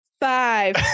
five